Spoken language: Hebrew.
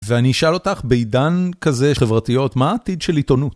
ואני אשאל אותך, בעידן כזה חברתיות, מה העתיד של עיתונות?